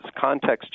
context